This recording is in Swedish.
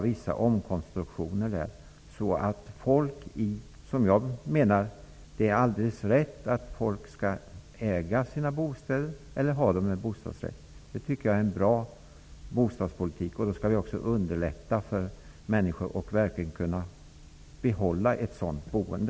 Tanken att folk skall äga sina bostäder, exempelvis i form av en bostadsrätt, är helt rätt. En sådan bostadspolitik är bra. Vi bör då göra vissa omkonstruktioner för att underlätta för människor att kunna behålla ett sådant boende.